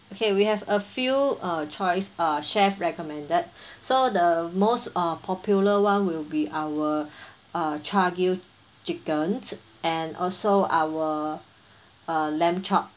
okay we have a few uh choice uh chef recommended so the most uh popular one will be our uh char grilled chicken and also our uh lamb chop